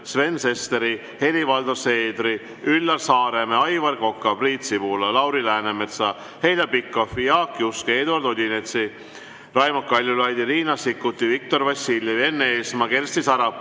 Sven Sesteri, Helir-Valdor Seederi, Üllar Saaremäe, Aivar Koka, Priit Sibula, Lauri Läänemetsa, Heljo Pikhofi, Jaak Juske, Eduard Odinetsi, Raimond Kaljulaidi, Riina Sikkuti, Viktor Vassiljevi, Enn Eesmaa, Kersti Sarapuu,